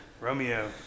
Romeo